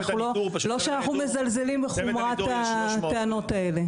לא שאנחנו מזלזלים בחומרת הטענות האלה.